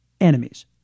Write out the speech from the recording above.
enemies